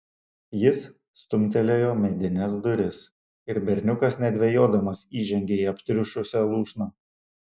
jis stumtelėjo medines duris ir berniukas nedvejodamas įžengė į aptriušusią lūšną